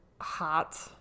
hot